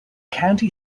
county